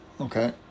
Okay